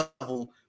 level